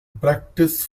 practice